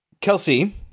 Kelsey